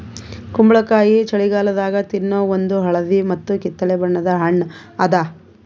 ಕುಂಬಳಕಾಯಿ ಛಳಿಗಾಲದಾಗ ತಿನ್ನೋ ಒಂದ್ ಹಳದಿ ಮತ್ತ್ ಕಿತ್ತಳೆ ಬಣ್ಣದ ಹಣ್ಣ್ ಅದಾ